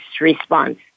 response